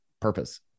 purpose